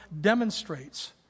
demonstrates